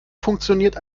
funktioniert